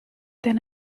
then